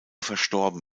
verstorben